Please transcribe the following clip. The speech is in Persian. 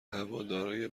هوادارای